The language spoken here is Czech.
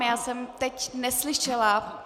Já jsem teď neslyšela.